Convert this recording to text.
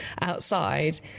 outside